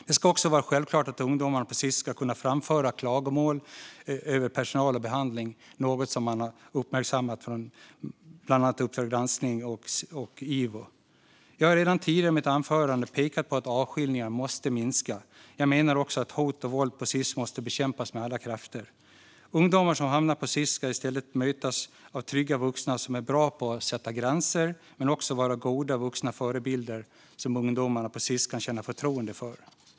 Det ska också vara självklart att ungdomar på Sis ska kunna framföra klagomål gällande personal och behandling, något som uppmärksammats av bland annat Uppdrag granskning och Ivo. Jag har redan tidigare i mitt anförande pekat på att avskiljningarna måste minska. Jag menar också att hot och våld på Sis måste bekämpas med alla krafter. Ungdomar som hamnar på Sis ska i stället mötas av trygga vuxna som är bra på att sätta gränser men också på att vara goda vuxna förebilder som ungdomarna på Sis kan känna förtroende för.